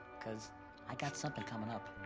cause i got something coming up,